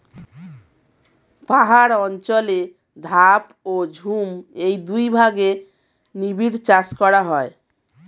পাহাড় অঞ্চলে ধাপ ও ঝুম এই দুই ভাগে নিবিড় চাষ করা হয়